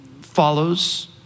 follows